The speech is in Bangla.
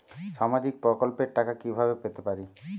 সামাজিক প্রকল্পের টাকা কিভাবে পেতে পারি?